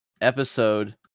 episode